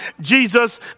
Jesus